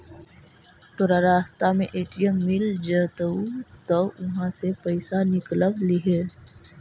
तोरा रास्ता में ए.टी.एम मिलऽ जतउ त उहाँ से पइसा निकलव लिहे